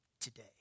today